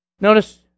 notice